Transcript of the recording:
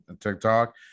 TikTok